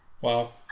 Wow